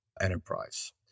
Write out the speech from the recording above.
enterprise